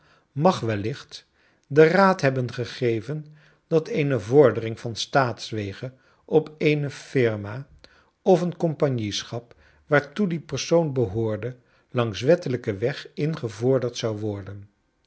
niag wellicht den raad hebben gegeven dat eene vordering van staatswege op eene firma of een compagnieschap waartoe die persoon behoorde langs wettelijken weg ingevorderd zou worden